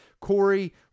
Corey